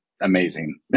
amazing